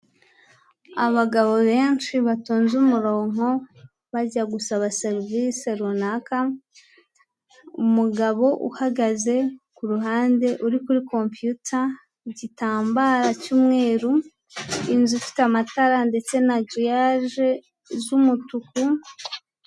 Abagabo benshi batonze umurongo bajya gusaba serivisi runaka, umugabo uhagaze ku ruhande uri kuri computer, igitambara cy'umweru, inzu ifite amatara ndetse na giriyaje z'umutuku.